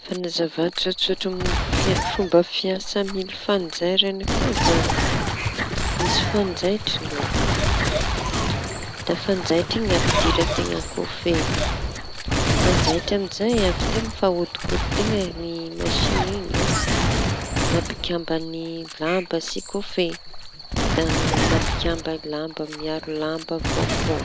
Fanazava tsotsotsy mo- momba fomba fiasan'ny miliña fanjaîraña koa zañy. Misy fanjaitsy loa da fanjaitra iñy ampidiran-teña kofehy fanjaitry. Amizay avy teo no fa ahodikodin teña masiñiny iñy mampikamba lamba sy kofehy da mampikamba lamba miaro lamba avao koa.